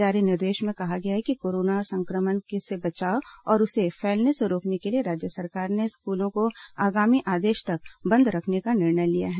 जारी निर्देश में कहा गया है कि कोरोना संक्रमण से बचाव और उसे फैलने से रोकने के लिए राज्य सरकार ने स्कूलों को आगामी आदेश तक बंद रखने का निर्णय लिया है